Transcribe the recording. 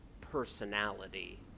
personality